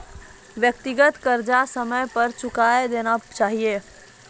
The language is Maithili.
व्यक्तिगत कर्जा समय पर चुकाय देना चहियो